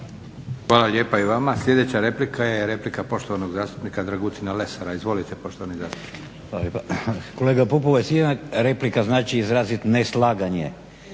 Hvala lijepa i vama. Sljedeća replika je replika poštovanog zastupnika Dragutina Lesara. Izvolite poštovani zastupniče. **Lesar, Dragutin (Hrvatski laburisti